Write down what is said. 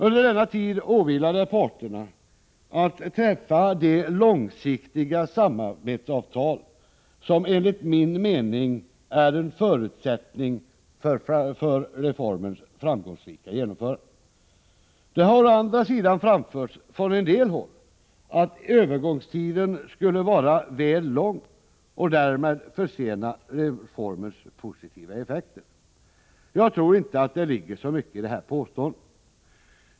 Under denna tid åvilar det parterna att träffa de långsiktiga samarbetsavtal som enligt min mening är en förutsättning för reformens framgångsrika genomförande. Det har å andra sidan från en del håll framförts att övergångstiden skulle vara väl lång och därmed försena reformens positiva effekter. Jag tror inte att det ligger så mycket i det påståendet.